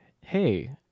hey